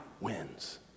wins